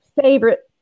favorite